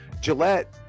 Gillette